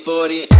Forty